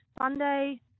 Sunday